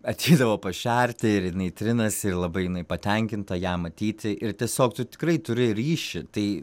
ateidavo pašerti ir jinai trinasi ir labai jinai patenkinta ją matyti ir tiesiog tu tikrai turi ryšį tai